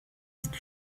ist